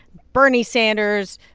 bernie sanders,